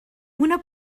una